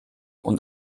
und